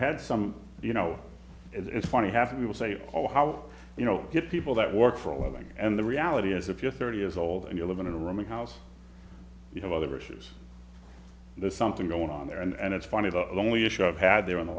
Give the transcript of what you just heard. had some you know it's funny half of me will say oh how you know people that work for a living and the reality is if you're thirty years old and you're living in a rooming house you have other issues there's something going on there and it's funny the only issue of had there in the